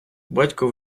батько